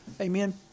Amen